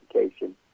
education